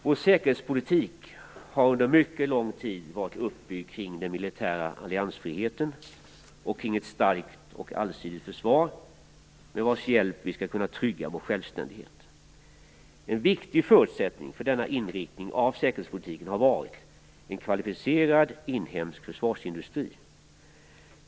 Vår säkerhetspolitik har under mycket lång tid varit uppbyggd kring den militära alliansfriheten och kring ett starkt och allsidigt försvar med vars hjälp vi skall kunna trygga vår självständighet. En viktig förutsättning för denna inriktning av säkerhetspolitiken har varit en kvalificerad inhemsk försvarsindustri.